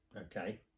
okay